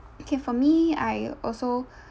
okay for me I also